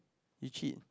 itchy